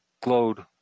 glowed